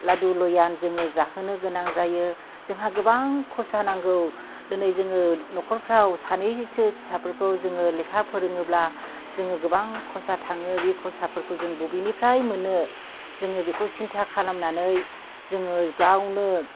लादु लया जोङो जाहोनो गोनां जायो जोंहा गोबां खरसा नांगौ दिनै जोङो न'खरफ्राव सानैसो फिसाफोरखौ जोङो लेखा फोरोङोब्ला जोङो गोबां खरसा थाङो बे खरसाफोरखौ जोङो खरसाफोरखौ जोङो बबेनिफ्राय मोननो जोङो बेखौ सिन्था खालामनानै जोङो गावनो